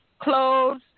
clothes